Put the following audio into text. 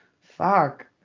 fuck